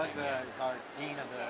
he's our dean of